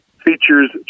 features